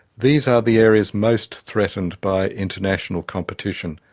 these are the areas most threatened by international competition,